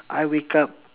I wake up